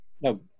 no